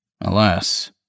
Alas